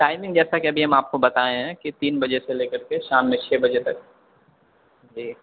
timing جیسا کہ ابھی ہم آپ کو بتائیں ہیں کہ تین بجے سے لے کر کے شام میں چھ بجے تک جی